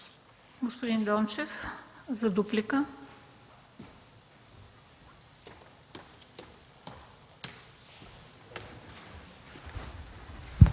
Господин Дончев – за дуплика